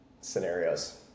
scenarios